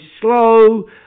slow